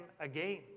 again